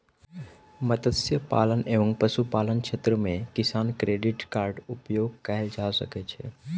मत्स्य पालन एवं पशुपालन क्षेत्र मे किसान क्रेडिट कार्ड उपयोग कयल जा सकै छै